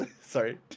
Sorry